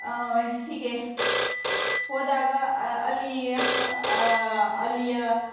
ಹೀಗೆ ಹೋದಾಗ ಅಲ್ಲಿ ಅಲ್ಲಿಯ